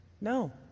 No